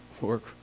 work